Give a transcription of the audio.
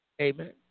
Amen